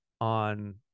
on